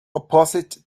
opposite